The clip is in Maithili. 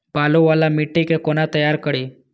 बालू वाला मिट्टी के कोना तैयार करी?